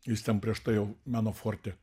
jis ten prieš tai jau meno forte